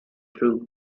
through